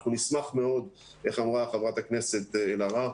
נשמח מאוד איך אמרה חברת הכנסת זנדברג: